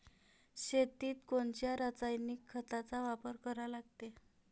शेतीत कोनच्या रासायनिक खताचा वापर करा लागते?